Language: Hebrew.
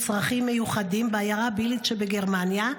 צרכים מיוחדים בעיירה בייליץ שבגרמניה.